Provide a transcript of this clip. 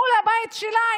מול הבית שלה,